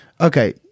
Okay